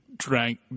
Drank